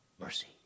mercy